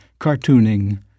cartooning